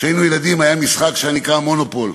כשהיינו ילדים היה משחק שנקרא "מונופול".